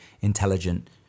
intelligent